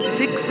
six